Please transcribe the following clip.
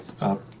up